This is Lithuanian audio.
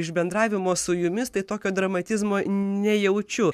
iš bendravimo su jumis tai tokio dramatizmo nejaučiu